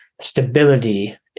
stability